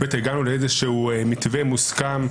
הגענו לאיזשהו מתווה מוסכם,